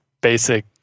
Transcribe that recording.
basic